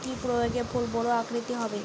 কি প্রয়োগে ফুল বড় আকৃতি হবে?